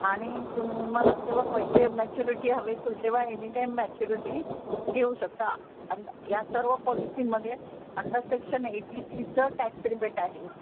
आणि तुम्हाला जेव्हा पैसे मॅच्युरिटी हवी असल तेव्हा एनीटाईम मॅच्युरिटी घेऊ शकता आणि या सर्व पॉलिसीमध्ये अंडर सेक्शन एटी सीचं टॅक्स रिबेट आहे